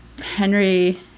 henry